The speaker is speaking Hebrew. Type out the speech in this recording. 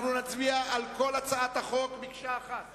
אנחנו נצביע על כל הצעת החוק כמקשה אחת